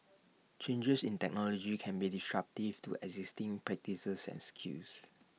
changes in technology can be disruptive to existing practices and skills